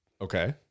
Okay